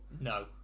no